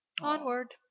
Onward